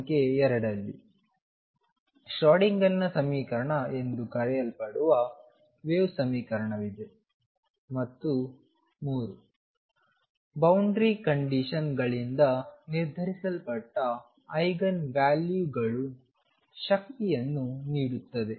ಸಂಖ್ಯೆ 2 ಅಲ್ಲಿ ಶ್ರೊಡಿಂಗರ್Schrödingerನ ಸಮೀಕರಣ ಎಂದು ಕರೆಯಲ್ಪಡುವ ವೇವ್ ಸಮೀಕರಣವಿದೆ ಮತ್ತು 3 ಬೌಂಡರಿ ಕಂಡೀಶನ್ ಗಳಿಂದ ನಿರ್ಧರಿಸಲ್ಪಟ್ಟ ಐಗನ್ ವ್ಯಾಲ್ಯೂಗಳು ಶಕ್ತಿಯನ್ನು ನೀಡುತ್ತದೆ